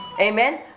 amen